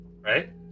Right